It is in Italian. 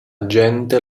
gente